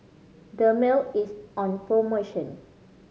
Dermale is on promotion